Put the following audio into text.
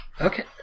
Okay